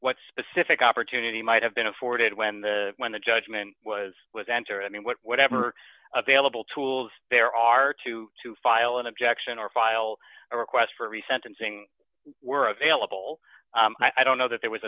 what specific opportunity might have been afforded when the when the judgment was was answer i mean what whatever available tools there are to to file an objection or file a request for re sentencing were available i don't know that there was